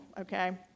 okay